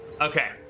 Okay